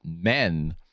men